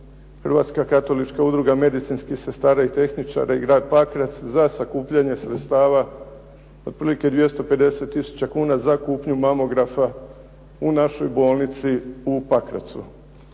"Hrvatska katolička udruga medicinskih sestara i tehničara" i grad Pakrac za sakupljanje sredstava, otprilike 250 tisuća kuna za kupnju mamografa u našoj bolnici u Pakracu.